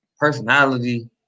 Personality